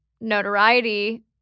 notoriety